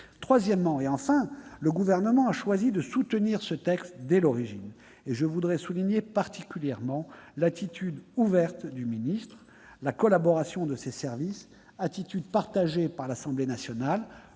Troisièmement, et enfin, le Gouvernement a choisi de soutenir cette proposition de loi dès l'origine, et je veux souligner particulièrement l'attitude ouverte du ministre et la collaboration de ses services, une attitude partagée par l'Assemblée nationale,